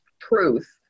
truth